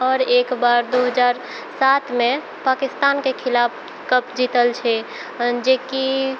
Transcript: आओर एक बार दू हजार सातमे पाकिस्तानके खिलाफ कप जीतल छै जेकि